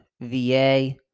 VA